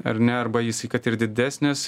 ar ne arba jis kad ir didesnis